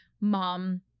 mom